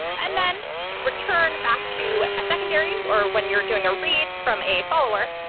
and then return back to a secondary or when you're doing a read from a follower,